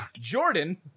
Jordan